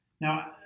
Now